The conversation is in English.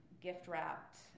gift-wrapped